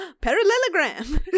Parallelogram